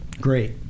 Great